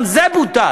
גם זה בוטל.